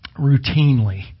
routinely